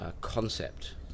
Concept